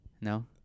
no